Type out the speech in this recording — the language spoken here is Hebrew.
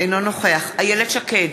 אינו נוכח איילת שקד,